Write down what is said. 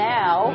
now